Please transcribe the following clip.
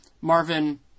Marvin